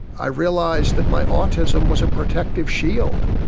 i realised that my autism was a protective shield.